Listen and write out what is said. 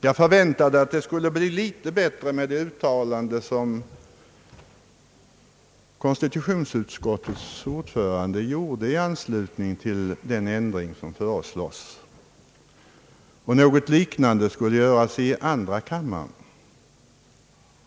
Jag förväntade att det skulle bli litet större klarhet genom det uttalande konstitutionsutskottets ordförande gjorde i anslutning till den föreslagna ändringen och ett liknande uttalande i andra kammaren.